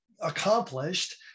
accomplished